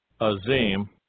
Azim